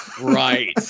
Right